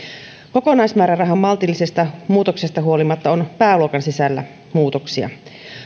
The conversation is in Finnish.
kokonaismäärärahan maltillisesta muutoksesta huolimatta on pääluokan sisällä muutoksia